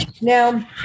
now